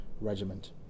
Regiment